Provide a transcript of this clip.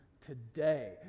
today